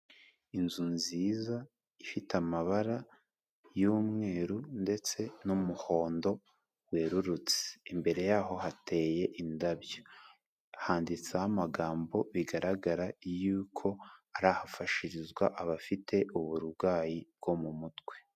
Inzu nziza, ifite amabara y'umweru ndetse n'umuhondo werurutse. Imbere yaho hateye indabyo. Handitseho amagambo, bigaragara yuko ari ahafashirizwa abafite uburwayi bwo mu mutwe.